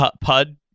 pud